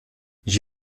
j’y